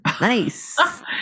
Nice